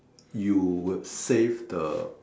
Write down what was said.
you would save the